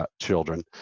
children